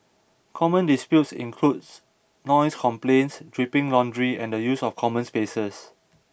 common disputes includes noise complaints dripping laundry and the use of common spaces